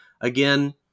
again